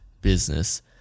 business